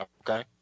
Okay